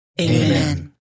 Amen